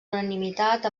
unanimitat